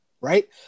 right